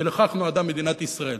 כי לכך נועדה מדינת ישראל.